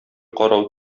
карау